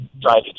driving